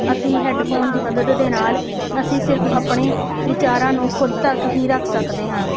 ਅਸੀਂ ਹੈਡਫੋਨ ਦੀ ਮਦਦ ਦੇ ਨਾਲ ਅਸੀਂ ਸਿਰਫ ਆਪਣੇ ਵਿਚਾਰਾਂ ਨੂੰ ਖੁਦ ਤੱਕ ਹੀ ਰੱਖ ਸਕਦੇ ਹਾਂ